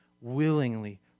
willingly